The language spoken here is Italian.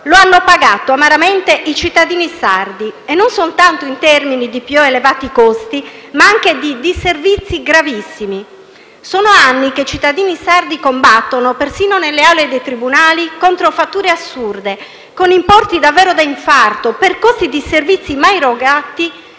lo hanno pagato amaramente i cittadini sardi, e non soltanto i termini di più elevati costi, ma anche di disservizi gravissimi. Sono anni che i cittadini sardi combattono, persino nelle aule dei tribunali, contro fatture assurde, con importi davvero da infarto per costi di servizi mai erogati